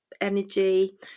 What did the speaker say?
energy